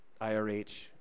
IRH